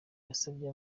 yasabye